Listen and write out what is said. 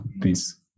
please